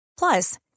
Plus